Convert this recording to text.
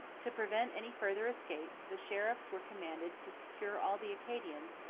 to prevent any further escape the sheriffs were commanded to secure all the acadians,